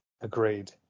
Agreed